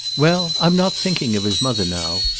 well, i'm not thinking of his mother now.